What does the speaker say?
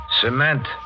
Cement